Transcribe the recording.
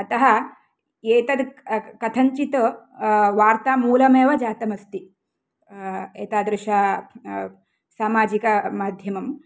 अतः एतद् कथञ्चित् वार्तामूलमेव जातमस्ति एतादृशा समाजिकमाध्यमं